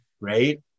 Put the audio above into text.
right